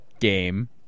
game